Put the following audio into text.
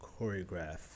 choreograph